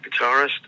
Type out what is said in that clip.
guitarist